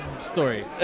story